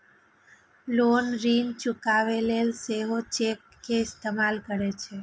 लोग ऋण चुकाबै लेल सेहो चेक के इस्तेमाल करै छै